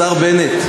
השר בנט,